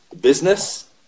business